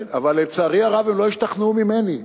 כן, אבל לצערי הרב הם לא השתכנעו ממני.